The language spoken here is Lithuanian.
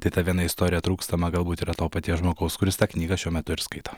tai ta viena istorija trūkstama galbūt yra to paties žmogaus kuris tą knygą šiuo metu ir skaito